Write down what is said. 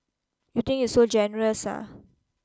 you think you so generous ah